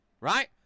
right